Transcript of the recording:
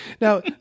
Now